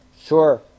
Sure